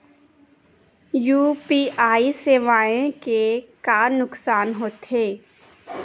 UPI सेवाएं के का नुकसान हो थे?